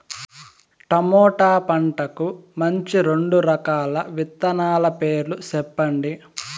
tomato పంటకు మంచి రెండు రకాల విత్తనాల పేర్లు సెప్పండి